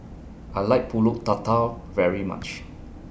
I like Pulut Tatal very much